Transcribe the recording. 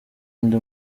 undi